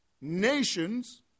nations